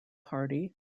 party